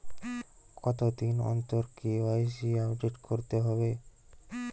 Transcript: কতদিন অন্তর KYC update করতে হবে?